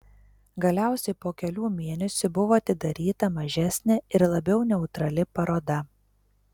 galiausiai po kelių mėnesių buvo atidaryta mažesnė ir labiau neutrali paroda